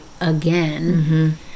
again